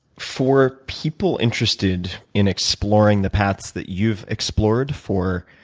for people interested in exploring the paths that you've explored for